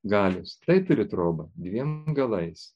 galios tai turi troba dviem galais